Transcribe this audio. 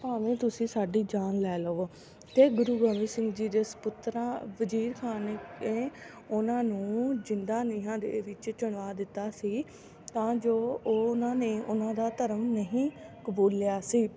ਭਾਵੇਂ ਤੁਸੀਂ ਸਾਡੀ ਜਾਨ ਲੈ ਲਵੋ ਅਤੇ ਗੁਰੂ ਗੋਬਿੰਦ ਸਿੰਘ ਜੀ ਦੇ ਸਪੁੱਤਰਾਂ ਵਜ਼ੀਰ ਖਾਨ ਨੇ ਉਹਨਾਂ ਨੂੰ ਜ਼ਿੰਦਾ ਨੀਹਾਂ ਦੇ ਵਿੱਚ ਚਿਣਵਾ ਦਿੱਤਾ ਸੀ ਤਾਂ ਜੋ ਉਹਨਾਂ ਨੇ ਉਹਨਾਂ ਦਾ ਧਰਮ ਨਹੀਂ ਕਬੂਲਿਆ ਸੀ